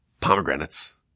pomegranates